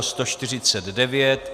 149.